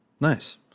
Nice